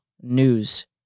news